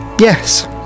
Yes